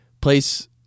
place